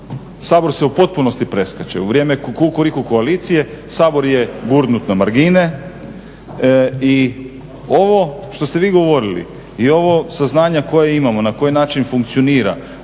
Sabor se u potpunosti preskače. U vrijeme Kukuriku koalicije Sabor je gurnut na margine i ovo što ste vi govorili i ova saznanja koja imamo na koji način funkcionira